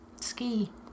ski